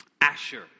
Asher